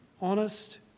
honest